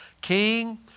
king